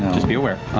just be aware.